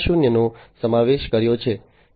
0 નો સમાવેશ કર્યો છે